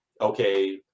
okay